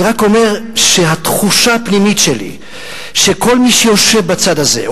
אני רק אומר שהתחושה הפנימית שכל מי שיושב בצד הזה,